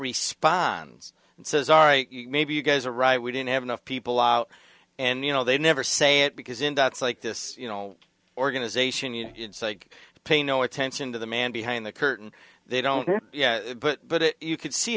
responds and says all right maybe you guys are right we didn't have enough people out and you know they never say it because in dots like this you know organization you like pay no attention to the man behind the curtain they don't yeah but you could see